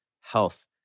health